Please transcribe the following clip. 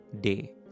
Day